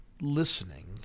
listening